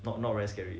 not not very scary